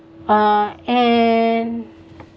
uh and